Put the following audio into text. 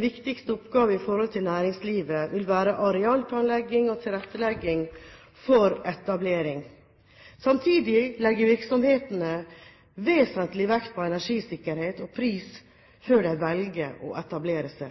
viktigste oppgave overfor næringslivet vil være arealplanlegging og tilrettelegging for etablering. Samtidig legger virksomhetene vesentlig vekt på energisikkerhet og pris før de velger å etablere seg.